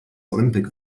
olympic